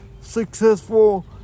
successful